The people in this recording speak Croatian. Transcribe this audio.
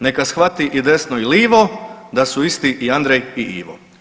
Neka shvati i desno i livo da su isti i Andrej i Ivo.